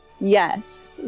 Yes